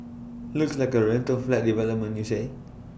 looks like A rental flat development you say